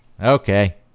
Okay